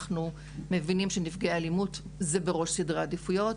אנחנו מבינים שנפגעי אלימות הם בראש סדר העדיפויות.